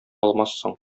алмассың